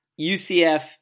UCF